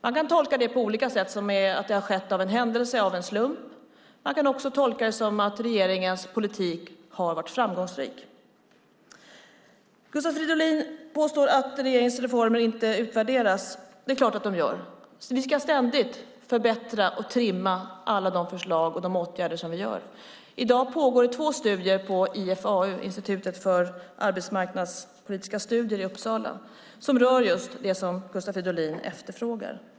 Man kan tolka detta på olika sätt, som att det har skett av en händelse, av en slump. Man kan också tolka det som att regeringens politik har varit framgångsrik. Gustav Fridolin påstår att regeringens reformer inte utvärderas. Det är klart att de gör! Vi ska ständigt förbättra och trimma alla de förslag vi tar fram och de åtgärder som vi vidtar. I dag pågår två studier på IFAU, Institutet för arbetsmarknadspolitiska studier i Uppsala, som rör just det som Gustav Fridolin efterfrågar.